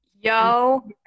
Yo